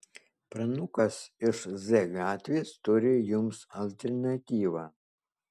pranukas iš z gatvės turi jums alternatyvą